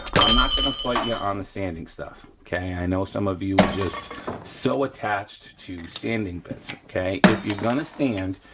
i'm not gonna fight ya on the sanding stuff, okay? i know some of you are just so attached to sanding bits, okay? if you're gonna sand,